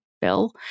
Bill